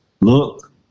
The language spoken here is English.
look